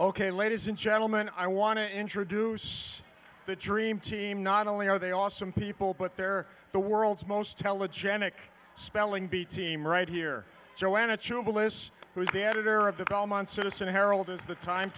ok ladies and gentlemen i want to introduce the dream team not only are they awesome people but they're the world's most telegenic spelling bee team right here joanna chillis who's the editor of the belmont citizen herald is the time